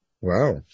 Wow